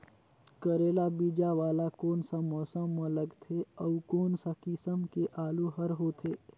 करेला बीजा वाला कोन सा मौसम म लगथे अउ कोन सा किसम के आलू हर होथे?